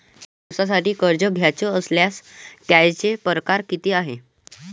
कायी दिसांसाठी कर्ज घ्याचं असल्यास त्यायचे परकार किती हाय?